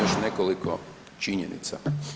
Još nekoliko činjenica.